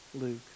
Luke